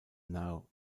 now